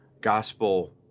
gospel